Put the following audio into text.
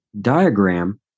diagram